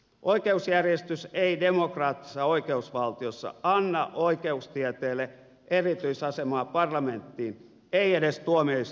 oikeusjärjestys ei demokraattisessa oikeusvaltiossa anna oikeustieteelle erityisasemaa parlamenttiin ei edes tuomioistuimiin nähden